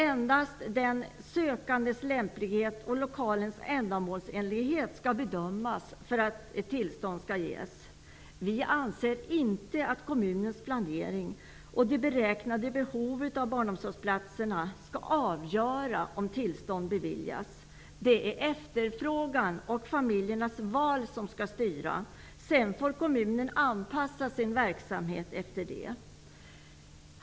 Endast den sökandes lämplighet och lokalens ändamålsenlighet skall bedömas för att tillstånd skall ges. Vi anser inte att kommunens planering och det beräknade behovet av barnomsorgsplatser skall avgöra om tillstånd beviljas. Det är efterfrågan och familjernas val som skall styra. Sedan får kommunen anpassa sin verksamhet efter detta.